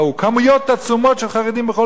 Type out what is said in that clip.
כמויות עצומות של חרדים בכל פינה.